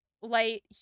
light